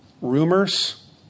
rumors